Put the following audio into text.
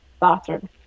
bathroom